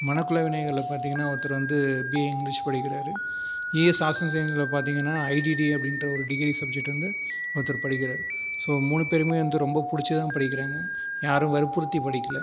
மணக்குள விநாயகரில் பார்த்தீங்கனா ஒருத்தர் வந்து பிஏ இங்கிலிஷ் படிக்கிறாரு இஎஸ் ஆர்ட்ஸ் அண்ட் சைன்ஸ்சில் பார்த்தீங்கனா ஐடிடி அப்படிங்ற ஒரு டிகிரி சப்ஜெக்ட் வந்து ஒருத்தர் படிக்கிறாரு ஸோ மூணு பேருமே வந்து ரொம்ப பிடிச்சி தான் படிக்கிறாங்க யாரும் வற்புறுத்தி படிக்கலை